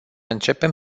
începem